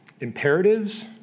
imperatives